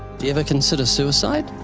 do you ever consider suicide?